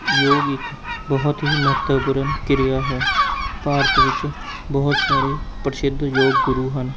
ਯੋਗ ਇੱਕ ਬਹੁਤ ਹੀ ਮਹੱਤਵਪੂਰਨ ਕਿਰਿਆ ਹੈ ਭਾਰਤ ਵਿੱਚ ਬਹੁਤ ਸਾਰੇ ਪ੍ਰਸਿੱਧ ਯੋਗ ਗੁਰੂ ਹਨ